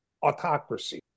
autocracy